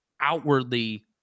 outwardly